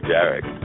Derek